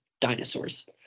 dinosaurs